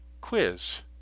quiz